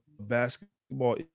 basketball